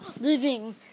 living